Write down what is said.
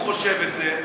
אם הוא חושב את זה.